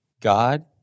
God